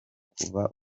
kuva